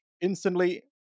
instantly